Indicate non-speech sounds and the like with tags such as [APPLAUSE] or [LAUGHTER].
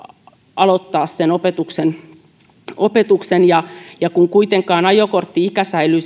aloittaa opetuksen opetuksen kun kuitenkin ajokortti ikä säilyy [UNINTELLIGIBLE]